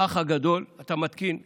האח הגדול, אתה מתקין מצלמות,